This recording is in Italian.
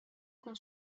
con